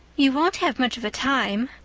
you won't have much of a time,